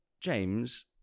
James